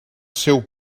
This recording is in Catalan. seu